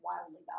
wildly